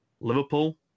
Liverpool